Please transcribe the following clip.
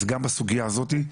אז גם בסוגיה הזאתי,